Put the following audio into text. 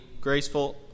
graceful